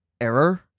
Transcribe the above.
error